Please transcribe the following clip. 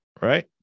right